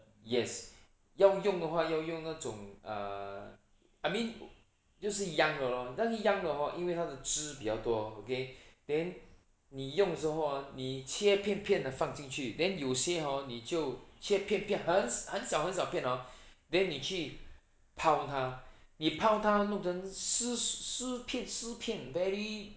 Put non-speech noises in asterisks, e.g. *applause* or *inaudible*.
yes *breath* 要用的话要用那种 err I mean 就是 young 的 lor 那个 young 的 hor 因为它的汁比较多 okay *breath* then 你用的时候 hor 你切片片的放进去 then 有些 hor 你就切片片很小很小片 hor *breath* then 你去泡它你泡它弄成丝丝片丝片 very